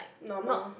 normal